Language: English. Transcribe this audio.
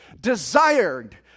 desired